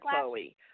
Chloe